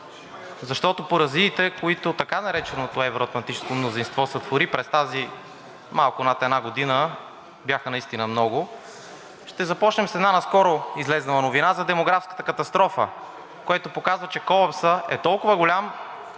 защото поразиите, които така нареченото евро-атлантическо мнозинство сътвори през тази малко над една година, бяха наистина много. Ще започна с една наскоро излязла новина за демографската катастрофа, което показва, че колапсът е толкова голям,